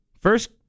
first